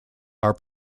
are